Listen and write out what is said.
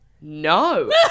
no